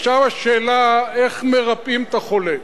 עכשיו השאלה: איך מרפאים את החולה?